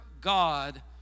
God